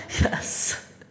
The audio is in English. Yes